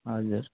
हजुर